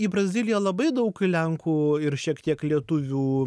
į braziliją labai daug lenkų ir šiek tiek lietuvių